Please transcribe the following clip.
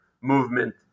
movement